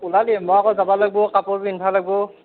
ওলাবিয়ে মই আকৌ যাবা লাগবো কাপোৰ পিন্ধবা লাগবো